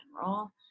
general